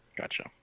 gotcha